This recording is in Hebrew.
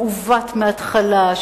מעוות מההתחלה,